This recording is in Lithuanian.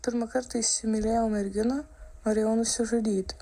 pirmą kartą įsimylėjau merginą norėjau nusižudyt